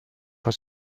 was